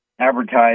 advertise